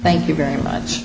thank you very much